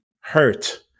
hurt